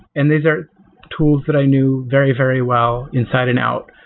and these are tools that i knew very, very well inside and out,